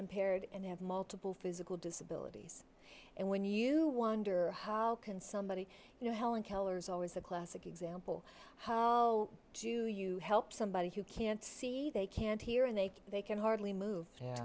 impaired and have multiple physical disabilities and when you wonder how can somebody you know helen keller's always the classic example how do you help somebody who can't see they can't hear and they can they can hardly move